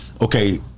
Okay